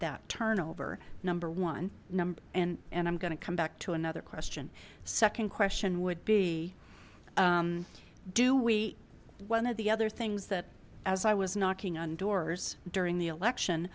that turnover number one number and and i'm going to come back to another question second question would be do we one of the other things that as i was knocking on doors during the election